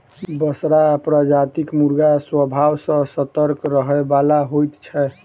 बसरा प्रजातिक मुर्गा स्वभाव सॅ सतर्क रहयबला होइत छै